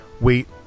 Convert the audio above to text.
wait